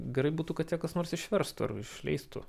gerai būtų kad ją kas nors išverstų ar išleistų